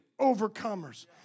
overcomers